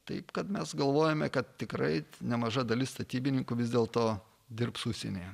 taip kad mes galvojome kad tikrai nemaža dalis statybininkų vis dėlto dirbs užsienyje